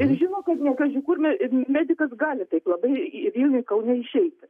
ir žino kad nekažikur me medikas gali taip labai vilniuj kaune išeiti